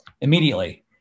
immediately